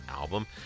album